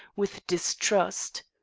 with distrust.